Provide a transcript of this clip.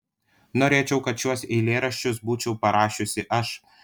norėčiau kad šiuos eilėraščius būčiau parašiusi aš